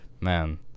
Man